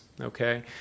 okay